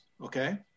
okay